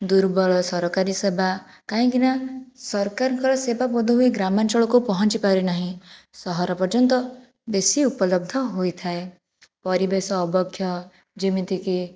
ଦୁର୍ବଳ ସରକାରୀ ସେବା କାହିଁକିନା ସରକାରଙ୍କର ସେବା ବୋଧ ହୁଏ ଗ୍ରାମାଞ୍ଚଳକୁ ପହଞ୍ଚିପାରିନାହିଁ ସହର ପର୍ଯ୍ୟନ୍ତ ବେଶୀ ଉପଲବ୍ଧ ହୋଇଥାଏ ପରିବେଶ ଅବକ୍ଷୟ ଯେମିତିକି